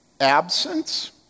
absence